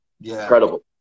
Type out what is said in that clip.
Incredible